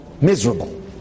miserable